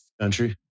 Country